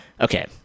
Okay